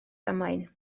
ddamwain